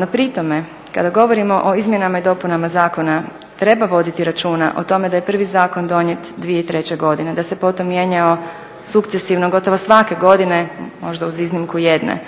No pri tome kada govorimo o izmjenama i dopunama zakona treba voditi računa o tome da je prvi zakon donijet 2003. godine, da se potom mijenjao sukcesivno gotovo svake godine, možda uz iznimku jedne